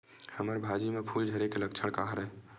हमर भाजी म फूल झारे के लक्षण का हरय?